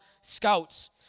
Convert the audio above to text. scouts